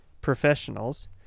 professionals